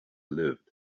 lived